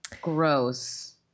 Gross